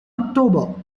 october